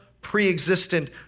pre-existent